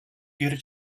geri